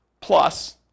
Plus